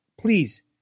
please